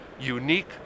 unique